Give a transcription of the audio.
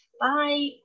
Bye